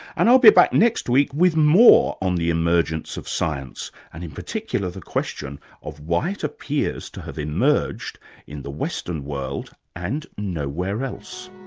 and i'll be back next week with more on the emergence of science, and in particular, the question of why it appears to have emerged in the western world and nowhere else